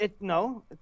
no